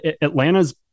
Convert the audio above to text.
Atlanta's